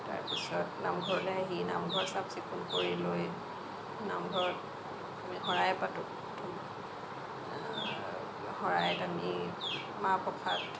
তাৰ পিছত নামঘৰলে আহি নামঘৰ চাফ চিকুণ কৰি লৈ নামঘৰত আমি শৰাই পাতোঁ শৰাইত আমি মাহ প্ৰসাদ